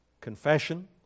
confession